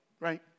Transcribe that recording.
right